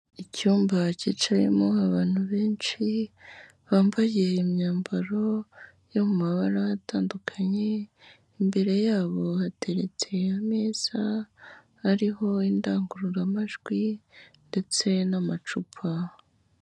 Icyumba cyicayemo abantu benshi bambaye imyambaro yo mu mabara atandukanye, imbere yabo hateretse ameza hariho indangururamajwi ndetse n'amacupa.